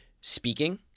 speaking